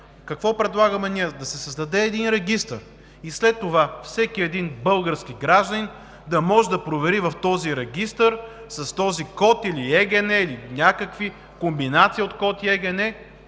Какво предлагаме ние? Да се създаде един регистър и след това всеки един български гражданин да може да провери в този регистър, с този код или ЕГН, или някакви комбинации от код и ЕГН,